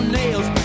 nails